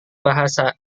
bahasa